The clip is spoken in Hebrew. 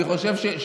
אני חושב, יש.